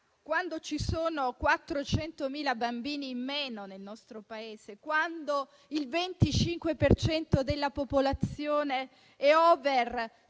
Quando ci sono 400.000 bambini in meno nel nostro Paese e quando il 25 per cento della popolazione è *over*